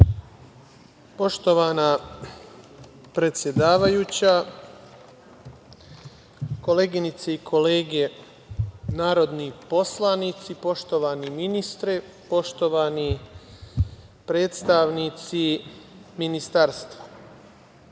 Poštovana predsedavajuća, koleginice i kolege narodni poslanici, poštovani ministre, poštovani predstavnici Ministarstva,